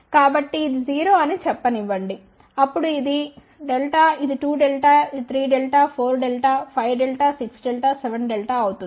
కాబట్టి ఇది 0 అని చెప్పనివ్వండి అప్పుడు ఇది Δ ఇది 2Δ 3Δ 4Δ 5Δ 6Δ 7Δ అవుతుంది